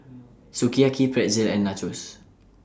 Sukiyaki Pretzel and Nachos